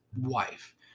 wife